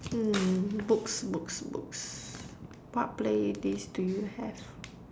hmm books books books what play list do you have